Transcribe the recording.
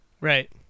Right